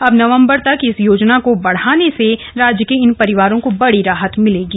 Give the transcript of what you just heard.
अब नवम्बर तक इस योजना को बढ़ाने से राज्य के इन परिवारों को राहत मिलेगी